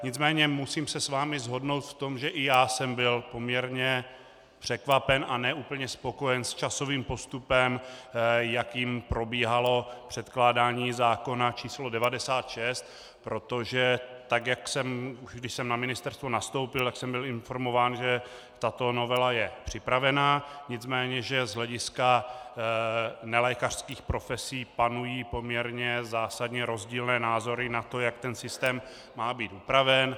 Nicméně musím se s vámi shodnout v tom, že i já jsem byl poměrně překvapen a ne úplně spokojen s časovým postupem, jakým probíhalo předkládání zákona č. 96, protože tak jak jsem na ministerstvo nastoupil, byl jsem informován, že tato novela je připravena, nicméně že z hlediska nelékařských profesí panují poměrně zásadní rozdílné názory na to, jak ten systém má být upraven.